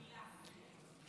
דלילה,